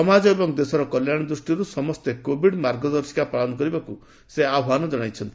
ସମାଜ ଏବଂ ଦେଶର କଲ୍ୟାଣ ଦୃଷ୍ଟିରୁ ସମସ୍ତେ କୋଭିଡ ମାର୍ଗଦର୍ଶିକା ପାଳନ କରିବାକୁ ସେ ଆହ୍ୱାନ ଜଣାଇଛନ୍ତି